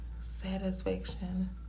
satisfaction